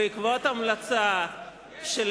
בעקבות המלצה של